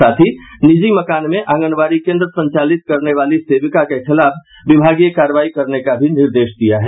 साथ ही निजी मकान में आंगनबाडी केन्द्र संचालित करने वाली सेविका के खिलाफ विभागीय कार्रवाई करने का भी निर्देश दिया है